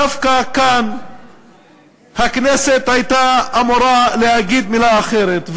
דווקא כאן הכנסת הייתה אמורה להגיד מילה אחרת.